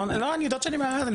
לא, אני יודעת שאני מהממת.